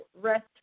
rest